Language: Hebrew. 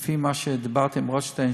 לפי מה שדיברתי עם רוטשטיין,